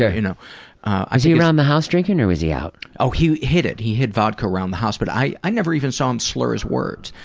yeah you know ah was he around the house drinking or was he out? oh, he hid it. he hid vodka around the house but i i never even saw him slur his words.